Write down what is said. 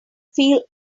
feel